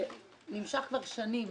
שנמשך כבר שנים,